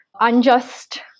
unjust